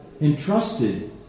entrusted